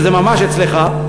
שזה ממש אצלך.